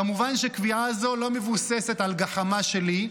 כמובן שקביעה זו לא מבוססת על גחמה שלי,